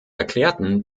erklärten